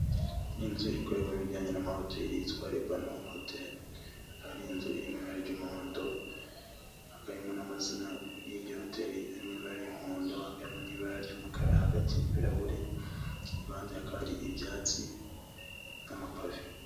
Ni inzu ikorerwamo ibijyanye n'amahoteri, yitwa "LEBANON HOTEL" akaba ari inzu irimwibara ry'umuhondo. hakaba harimo n'amazina yiyo hotel, imwe iri mwibara ry'umuhondo hamwe n'ibara ry'umukara, hagati y'ibirahure iruhande hari ibyatsi n'amapave.